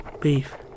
Beef